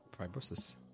fibrosis